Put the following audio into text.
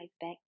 back